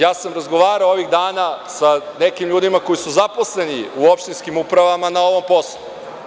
Takođe, razgovarao sam ovih dlana sa nekim ljudima koji su zaposleni u opštinskim upravama na ovom poslu.